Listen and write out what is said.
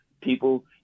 people